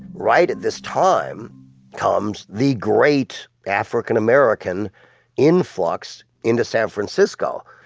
right at this time comes the great african-american influx into san francisco,